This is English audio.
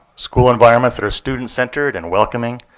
school environments that are student centered and welcoming,